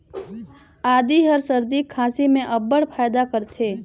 आदी हर सरदी खांसी में अब्बड़ फएदा करथे